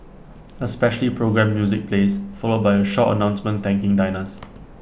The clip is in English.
A specially programmed music plays followed by A short announcement thanking diners